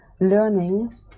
Learning